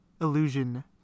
illusion